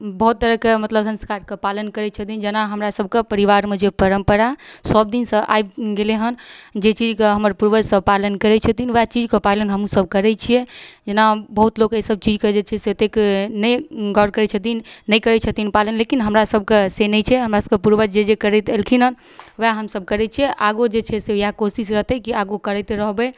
बहुत तरहके मतलब संस्कारके पालन करै छथिन जेना हमरा सबके परिवारमे जे परम्परा सब दिनसँ आबि गेलै हन जे चीजके हमर पूर्वज सब पालन करै छथिन वएह चीजके पालन हमहुँ सब करै छियै जेना बहुत लोक अय सब चीजके जे छै एतेक नहि गौर करै छथिन नहि करै छथिन पालन लेकिन हमरा सबकसँ नहि छै हमरा सभक पूर्व जे जे करैत अयलखिन हँ वएह हमसब करै छियै आगू जे छै यएह कोशिश रहतै कि आगू करैत रहबै